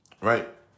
Right